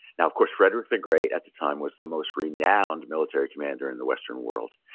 now of course frederick the great, at the time, was the most renowned military commander in the western world.